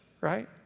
right